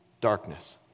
darkness